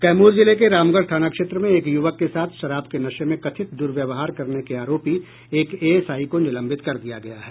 कैमूर जिले के रामगढ़ थाना क्षेत्र में एक युवक के साथ शराब के नशे में कथित दुर्व्यवहार करने के आरोपी एक एएसआई को निलंबित कर दिया गया है